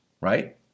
right